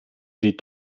sie